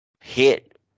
hit